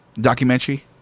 documentary